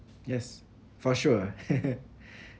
yes for sure